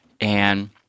and-